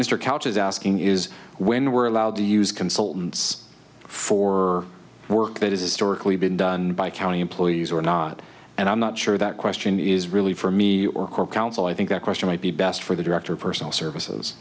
mr couch is asking is when we're allowed to use consultants for work that is historically been done by county employees or not and i'm not sure that question is really for me or counsel i think that question might be best for the director of personal services